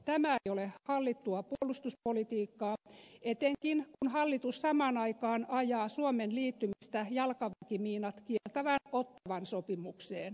tämä ei ole hallittua puolustuspolitiikkaa etenkään kun hallitus samaan aikaan ajaa suomen liittymistä jalkaväkimiinat kieltävään ottawan sopimukseen